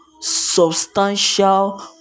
substantial